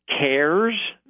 CARES